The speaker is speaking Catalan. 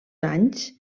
anys